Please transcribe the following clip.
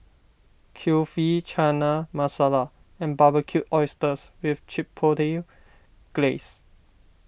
Kulfi Chana Masala and Barbecued Oysters with Chipotle Glaze